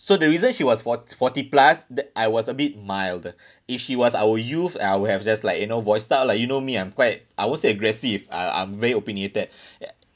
so the reason she was for~ forty plus that I was a bit mild if she was our youth I'll have just like you know voice out lah you know me I'm quite I won't say aggressive uh I'm very opinionated